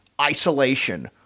isolation